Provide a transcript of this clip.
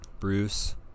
Bruce